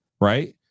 right